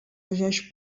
regeix